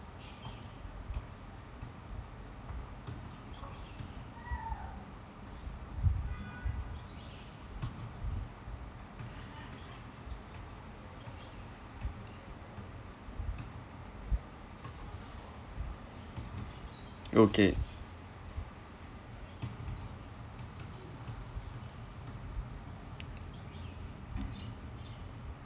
okay